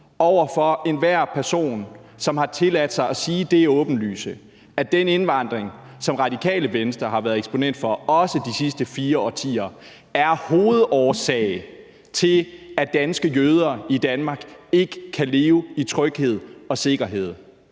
over for enhver person, som har tilladt sig at sige det åbenlyse, at den indvandring, som Radikale Venstre har været eksponent for, også de sidste fire årtier, er hovedårsagen til, at danske jøder i Danmark ikke kan leve i tryghed og sikkerhed.